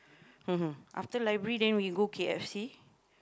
after library then we go K_F_C